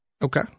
Okay